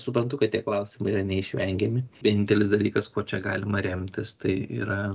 suprantu kad tie klausimai yra neišvengiami vienintelis dalykas kuo čia galima remtis tai yra